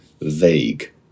Vague